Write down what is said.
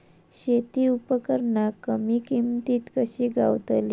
शेती उपकरणा कमी किमतीत कशी गावतली?